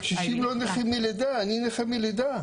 אבל הקשישים לא נכים מלידה, אני נכה מלידה.